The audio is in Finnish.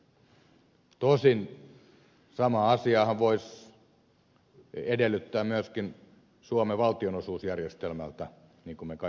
tosin samaa asiaahan voisi edellyttää myöskin suomen valtionosuusjärjestelmältä niin kuin kaikki hyvin tiedämme